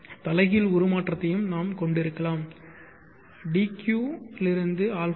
தலைகீழ் உருமாற்றத்தையும் நாம் கொண்டிருக்கலாம் dq to αβ